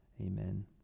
amen